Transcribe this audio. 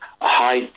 high